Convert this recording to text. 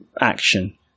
action